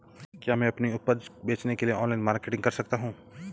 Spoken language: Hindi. क्या मैं अपनी उपज बेचने के लिए ऑनलाइन मार्केटिंग कर सकता हूँ?